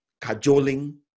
cajoling